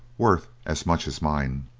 worth as much as mine.